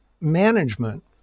management